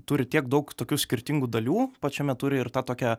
turi tiek daug tokių skirtingų dalių pačiame turi ir tą tokią